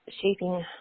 shaping